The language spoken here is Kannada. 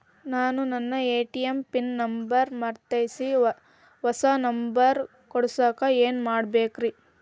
ನಾನು ನನ್ನ ಎ.ಟಿ.ಎಂ ಪಿನ್ ನಂಬರ್ ಮರ್ತೇನ್ರಿ, ಹೊಸಾ ನಂಬರ್ ಕುಡಸಾಕ್ ಏನ್ ಮಾಡ್ಬೇಕ್ರಿ?